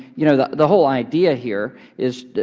you know, the the whole idea here is,